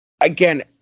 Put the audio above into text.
Again